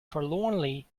forlornly